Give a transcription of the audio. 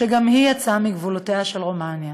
שגם היא יצאה מגבולותיה של רומניה.